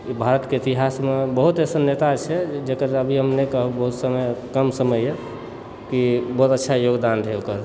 ई भारतके इतिहासमे बहुत एहन नेता छथि जकर हम अभी नहि कहब बहुत समय कम समय यऽ ई बहुत अच्छा योगदान रहै ओकर